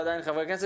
בוקר טוב לכולם.